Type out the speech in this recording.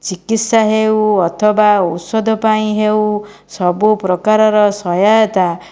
ଚିକିତ୍ସା ହେଉ ଅଥବା ଔଷଧ ପାଇଁ ହେଉ ସବୁ ପ୍ରକାରର ସହାୟତା